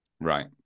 right